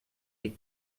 est